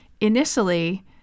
initially